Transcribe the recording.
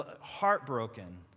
heartbroken